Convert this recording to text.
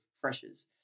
pressures